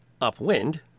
upwind